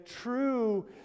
true